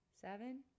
seven